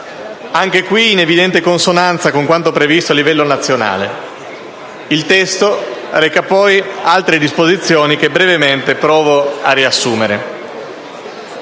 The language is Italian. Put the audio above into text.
caso in evidente consonanza con quanto previsto a livello nazionale. Il testo reca, poi, altre disposizioni che brevemente provo a riassumere.